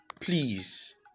Please